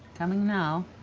coming now.